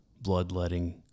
Bloodletting